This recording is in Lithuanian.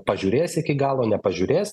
pažiūrės iki galo nepažiūrės